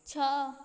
ଛଅ